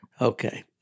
Okay